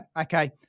okay